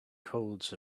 colds